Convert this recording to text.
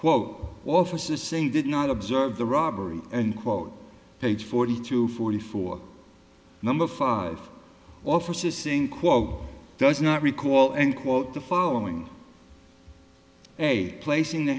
quote officers saying did not observe the robbery and quote page forty two forty four number five officers seeing quote does not recall and quote the following ok placing the